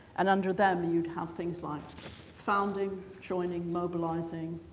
and under them you'd have things like founding, joining, mobilizing,